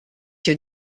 your